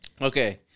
Okay